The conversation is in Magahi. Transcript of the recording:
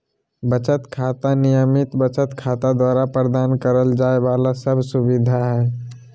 बचत खाता, नियमित बचत खाता द्वारा प्रदान करल जाइ वाला सब सुविधा हइ